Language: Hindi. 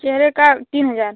चेहरे का तीन हजार